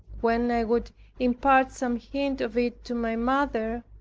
when i would impart some hint of it to my mother,